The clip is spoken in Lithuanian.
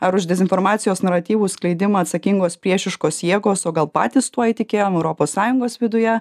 ar už dezinformacijos naratyvų skleidimą atsakingos priešiškos jėgos o gal patys tuo įtikėjom europos sąjungos viduje